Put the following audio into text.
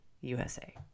USA